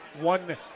one